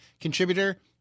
contributor